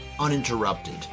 uninterrupted